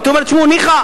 הייתי אומר: ניחא.